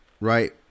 right